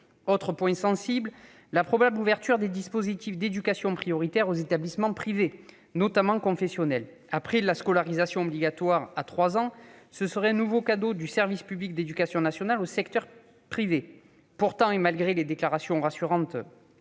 Autre point sensible : la probable ouverture des dispositifs d'éducation prioritaire aux établissements privés, notamment confessionnels. Après la scolarisation obligatoire à trois ans, ce serait un nouveau cadeau du service public d'éducation nationale au secteur privé. Pourtant, malgré les déclarations rassurantes